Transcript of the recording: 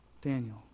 Daniel